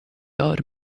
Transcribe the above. old